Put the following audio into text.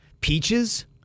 Peaches